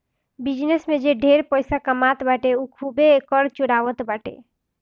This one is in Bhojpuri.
बिजनेस में जे ढेर पइसा कमात बाटे उ खूबे कर चोरावत बाटे